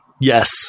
Yes